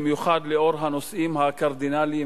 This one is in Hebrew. במיוחד לאור הנושאים הקרדינליים